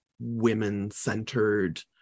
women-centered